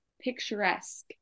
picturesque